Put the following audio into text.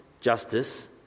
justice